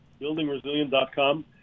buildingresilient.com